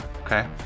Okay